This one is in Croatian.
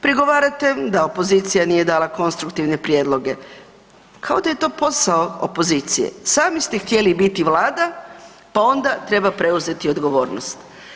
Prigovarate da opozicija nije dala konstruktivne prijedloge, kao da je to posao opozicije, sami ste htjeli biti vlada, pa onda treba preuzeti i odgovornost.